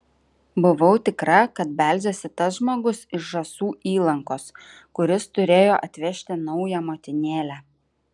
buvau tikra kad beldžiasi tas žmogus iš žąsų įlankos kuris turėjo atvežti naują motinėlę